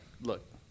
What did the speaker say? look